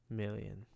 million